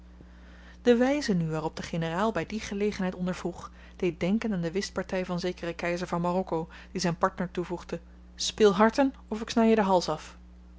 de wyze nu waarop de generaal by die gelegenheid ondervroeg deed denken aan de whistparty van zekeren keizer van marokko die zyn partner toevoegde speel harten of ik sny je den hals af